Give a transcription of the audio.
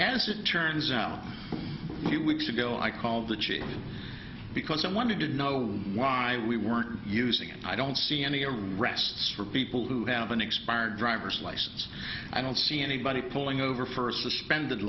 as it turns out weeks ago i called the chief because i wanted to know why we weren't using it i don't see any arrests for people who have an expired driver's license i don't see anybody pulling over first suspended